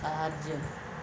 ସାହାଯ୍ୟ